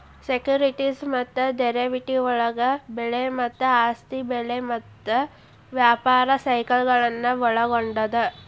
securities ಮತ್ತ ಡೆರಿವೇಟಿವ್ಗಳ ಬೆಲೆ ಮತ್ತ ಆಸ್ತಿ ಬೆಲೆ ಮತ್ತ ವ್ಯಾಪಾರ ಸೈಕಲ್ಗಳನ್ನ ಒಳ್ಗೊಂಡದ